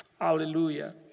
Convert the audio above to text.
Hallelujah